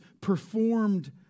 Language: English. performed